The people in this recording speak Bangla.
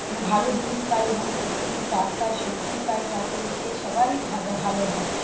মানে ভালো জিনিস পাই এবং প্রতিদিন টাটকা সবজি পাই তাতে এতে সবারই ভালো হয়